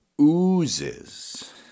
oozes